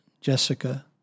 Jessica